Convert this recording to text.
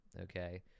okay